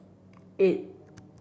eight